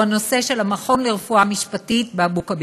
והוא הנושא של המכון לרפואה משפטית באבו-כביר.